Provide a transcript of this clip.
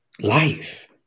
life